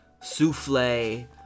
souffle